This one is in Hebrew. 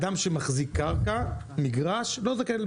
אדם שמחזיק קרקע לא זכאי.